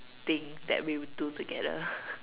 thing that we would do together